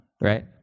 right